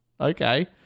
okay